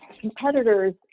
Competitors